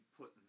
put